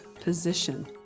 position